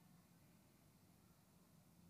בסדר.